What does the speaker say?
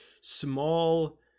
small